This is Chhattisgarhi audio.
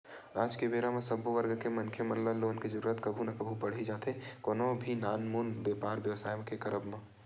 आज के बेरा म सब्बो वर्ग के मनखे मन ल लोन के जरुरत कभू ना कभू पड़ ही जाथे कोनो भी नानमुन बेपार बेवसाय के करब म